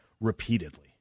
repeatedly